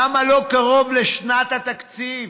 למה לא קרוב לשנת התקציב,